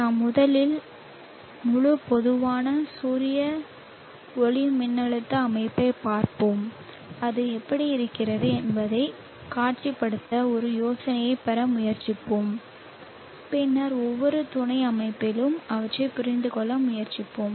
நாம் முதலில் முழு பொதுவான சூரிய ஒளிமின்னழுத்த அமைப்பைப் பார்ப்போம் அது எப்படி இருக்கிறது என்பதைக் காட்சிப்படுத்த ஒரு யோசனையைப் பெற முயற்சிக்கவும் பின்னர் ஒவ்வொரு துணை அமைப்பிலும் அவற்றைப் புரிந்துகொள்ள முயற்சிப்போம்